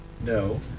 no